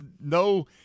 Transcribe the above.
no –